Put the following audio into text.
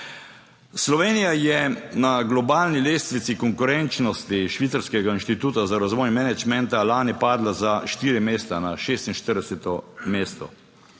Slovenija je na globalni lestvici konkurenčnosti švicarskega inštituta za razvoj menedžmenta lani padla za štiri mesta, na 46. mesto.